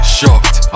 shocked